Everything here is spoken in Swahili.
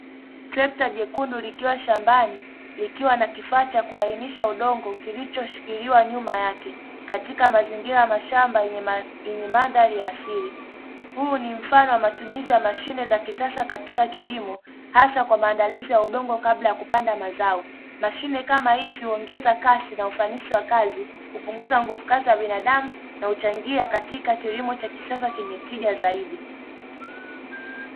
Trekta jekundu likiwa shambani, likiwa na kifaa cha kulainishia udongo kilichoshikiliwa nyuma yake katika mazingira ya mashamba yenye mandhari ya asili. Huu ni mfano wa matumizi ya mashine za kisasa katika kilimo, hasa kwa maandalizi ya udongo kabla ya kupanda mazao. Mashine kama hizi huongeza kasi na ufanisi wa kazi, hupunguza nguvu kazi ya binadamu na huchangia katika kilimo cha kisasa chenye tija zaidi.